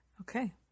Okay